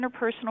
interpersonal